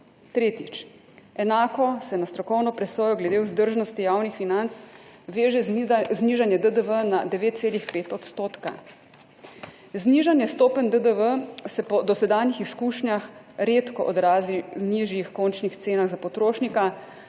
Tretjič. Enako se na strokovno presojo glede vzdržnosti javnih financ veže znižanje DDV na 9,5 odstotka. Znižanje stopenj DDV se po dosedanjih izkušnjah redko odrazi v nižjih končnih cenah za potrošnika,